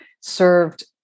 served